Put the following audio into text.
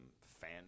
fan